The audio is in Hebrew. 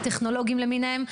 הטכנולוגיים למיניהם,